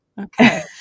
Okay